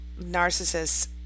Narcissists